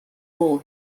bull